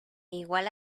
igual